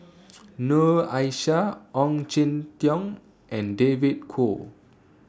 Noor Aishah Ong Jin Teong and David Kwo